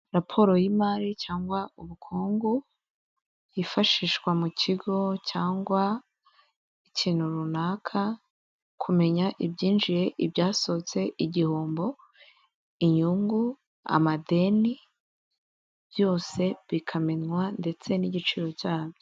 Raporo y'imari cyangwa ubukungu hifashishwa mu kigo cyangwa ikintu runaka kumenya ibyinjiye, igihombo, inyungu, amadeni, byose bikamenywa ndetse n'igiciro cyabyo.